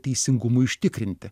teisingumui užtikrinti